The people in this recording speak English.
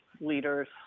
leaders